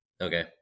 Okay